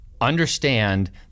understand